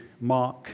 Mark